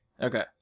Okay